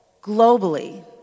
globally